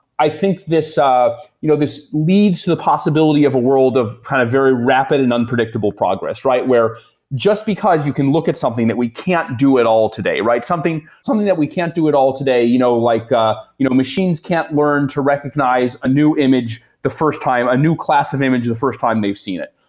i think this you know leads to the possibility of a world of kind of very rapid and unpredictable progress, right? where just because you can look at something that we can't do it all today, right? something something that we can't do it all today, you know like ah you know machines can't learn to recognize a new image the first time, a new class of image the first time they've seen it.